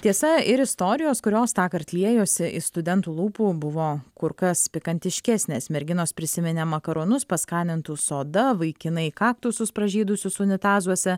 tiesa ir istorijos kurios tąkart liejosi iš studentų lūpų buvo kur kas pikantiškesnės merginos prisiminė makaronus paskanintus soda vaikinai kaktusus pražydusius unitazuose